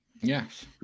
Yes